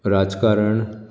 राजकारण